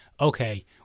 okay